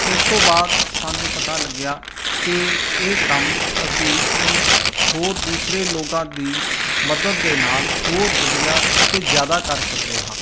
ਉਸ ਤੋਂ ਬਾਅਦ ਸਾਨੂੰ ਪਤਾ ਲੱਗਿਆ ਕਿ ਇਹ ਕੰਮ ਅਸੀਂ ਹੁਣ ਹੋਰ ਦੂਸਰੇ ਲੋਕਾਂ ਦੀ ਮਦਦ ਦੇ ਨਾਲ ਹੋਰ ਵਧੀਆ ਅਤੇ ਜ਼ਿਆਦਾ ਕਰ ਸਕਦੇ ਹਾਂ